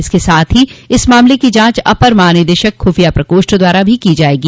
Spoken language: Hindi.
इसके साथ ही इस मामले की जांच अपर महानिदेशक खुफिया प्रकोष्ठ द्वारा की जायेगी